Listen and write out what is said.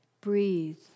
Breathe